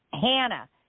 Hannah